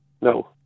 No